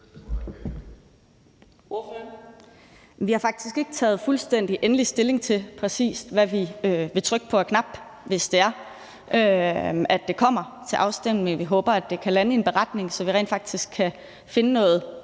Vi har faktisk ikke taget fuldstændig og endelig stilling til, præcis hvilken knap vi vil trykke på, hvis det er, at det kommer til afstemning. Vi håber, at det kan lande i en beretning, så vi rent faktisk i samarbejde